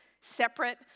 separate